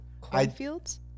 cornfields